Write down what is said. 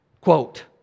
Quote